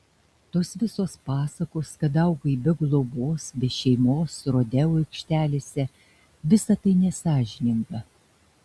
tos visos pasakos kad augai be globos be šeimos rodeo aikštelėse visa tai nesąžininga